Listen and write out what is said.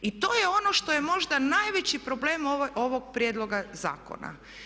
I to je ono što je možda najveći problem ovog prijedloga zakona.